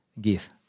give